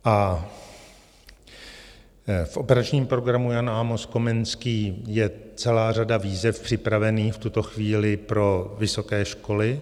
V operačním programu Jan Amos Komenský je celá řada výzev připravených v tuto chvíli pro vysoké školy.